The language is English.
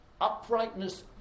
uprightness